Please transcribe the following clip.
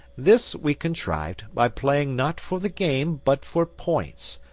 this we contrived by playing not for the game but for points,